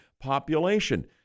population